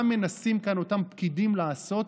מה מנסים כאן אותם פקידים לעשות,